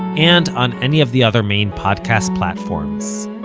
and on any of the other main podcast platforms.